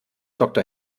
doktor